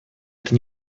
это